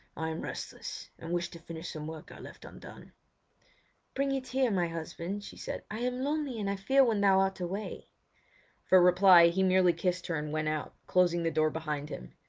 i am restless, and wish to finish some work i left undone bring it here, my husband she said i am lonely and i fear when thou art away for reply he merely kissed her and went out, closing the door behind him.